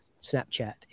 Snapchat